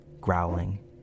growling